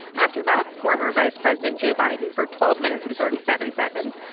after that, former vice president joe biden for twelve minutes and thirty seven seconds.